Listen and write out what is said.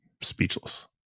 speechless